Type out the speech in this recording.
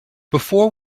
before